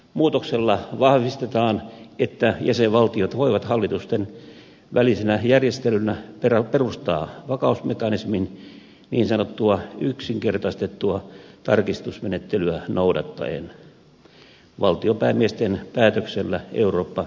muutoksella vahvistetaan että jäsenvaltiot voivat hallitustenvälisenä järjestelynä perustaa vakausmekanismin niin sanottua yksinkertaistettua tarkistusmenettelyä noudattaen valtionpäämiesten päätöksellä eurooppa neuvostossa